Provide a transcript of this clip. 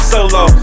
Solo